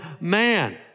man